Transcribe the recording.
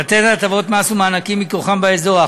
לתת הטבות מס ומענקים מכוחם באזור.